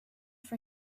for